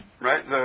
Right